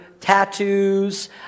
tattoos